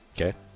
Okay